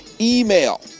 Email